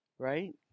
Right